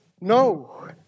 no